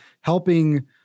helping